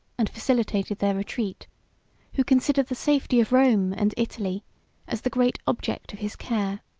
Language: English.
and facilitated their retreat who considered the safety of rome and italy as the great object of his care,